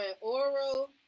oral